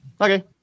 okay